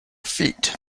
feet